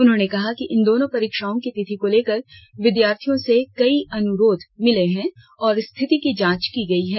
उन्होंने कहा कि इन दोनों परीक्षाओं की तिथि को लेकर विद्यार्थियों से कई अनुरोध मिले हैं और स्थिति की जांच की गई है